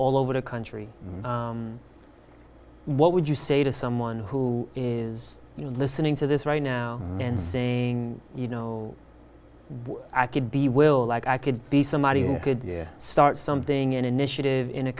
all over the country what would you say to someone who is listening to this right now and saying you know i could be will like i could be somebody who could start something an in